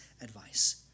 advice